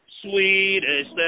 sweetest